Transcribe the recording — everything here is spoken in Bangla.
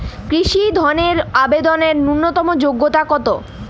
কৃষি ধনের আবেদনের ন্যূনতম যোগ্যতা কী?